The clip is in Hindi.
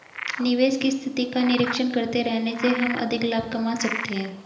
निवेश की स्थिति का निरीक्षण करते रहने से हम अधिक लाभ कमा सकते हैं